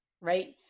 right